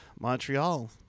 Montreal